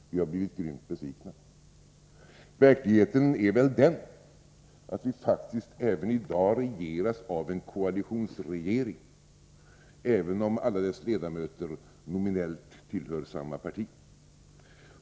Vi har blivit grymt besvikna. Verkligheten är den att vi faktiskt även i dag regeras av en koalitionsregering, även om alla dess ledamöter nominellt tillhör samma parti.